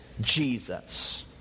Jesus